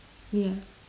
yeah